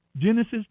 Genesis